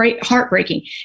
heartbreaking